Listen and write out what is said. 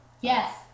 Yes